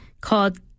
called